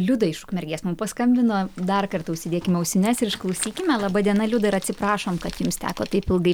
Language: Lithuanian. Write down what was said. liuda iš ukmergės mum paskambino dar kartą užsidėkim ausines ir išklausykime laba diena liuda ir atsiprašom kad jums teko taip ilgai